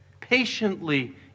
Patiently